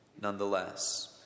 nonetheless